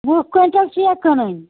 وُہ کۅینٛٹل چھِیا کٕنٕنۍ